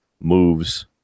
moves